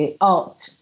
art